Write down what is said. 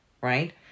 right